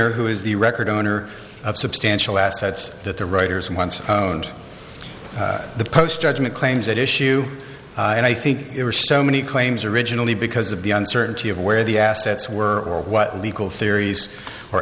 or who is the record owner of substantial assets that the writers once the post judgment claims that issue and i think it was so many claims originally because of the uncertainty of where the assets were or what legal theories or